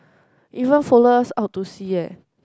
even follow us out to see eh